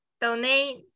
donate